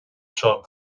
seo